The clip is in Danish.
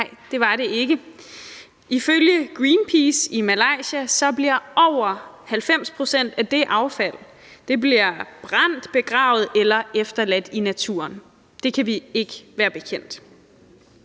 Nej, det var det ikke. Ifølge Greenpeace i Malaysia bliver over 90 pct. af det affald brændt, begravet eller efterladt i naturen. Det kan vi ikke være bekendt.